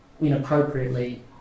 Inappropriately